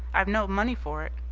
i've no money for it.